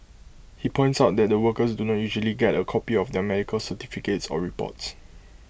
he points out that the workers do not usually get A copy of their medical certificates or reports